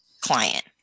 client